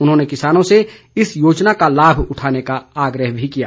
उन्होंने किसानों से इस योजना का लाभ उठाने का आग्रह भी किया है